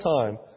time